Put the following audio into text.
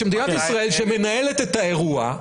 שמדינת ישראל שמנהלת את האירוע,